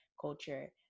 culture